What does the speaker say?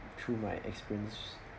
through my experience